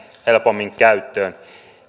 helpommin käyttöön